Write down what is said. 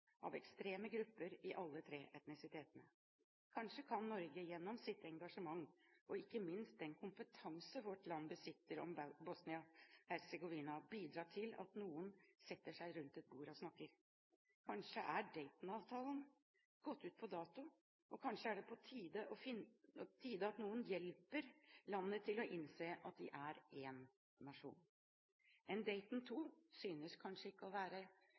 av ekstreme grupper i alle tre etnisitetene. Kanskje kan Norge gjennom sitt engasjement og ikke minst den kompetanse vårt land besitter om Bosnia-Hercegovina, bidra til at noen setter seg rundt et bord og snakker. Kanskje er Dayton-avtalen gått ut på dato, og kanskje er det på tide at noen hjelper landet til å innse at det er én nasjon. En Dayton II-avtale synes kanskje ikke å være